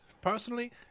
Personally